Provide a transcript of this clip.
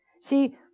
See